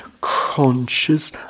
conscious